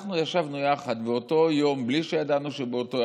אנחנו ישבנו יחד באותו יום בלי שידענו שבאותו יום,